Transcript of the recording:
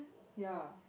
ya